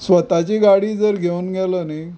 स्वताची गाडी जर घेवन गेलो न्हय